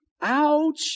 Ouch